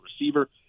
receiver